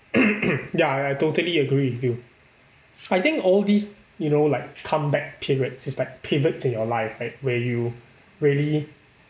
ya I I totally agree with you I think all these you know like comeback periods is like pivots in your life like where you really